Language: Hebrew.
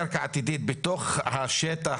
תכננת את המגדלים של בסר,